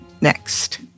Next